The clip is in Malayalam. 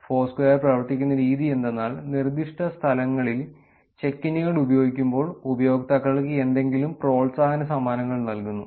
ഫോർസ്ക്വയർ പ്രവർത്തിക്കുന്ന രീതി എന്തെന്നാൽ നിർദ്ദിഷ്ട സ്ഥലങ്ങളിൽ ചെക്ക് ഇന്നുകൾ ഉപയോഗിക്കുമ്പോൾ ഉപയോക്താക്കൾക്ക് എന്തെങ്കിലും പ്രോത്സാഹന സമ്മാനങ്ങൾ നൽകുന്നു